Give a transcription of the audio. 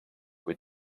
kui